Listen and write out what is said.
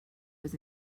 was